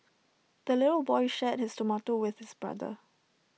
the little boy shared his tomato with his brother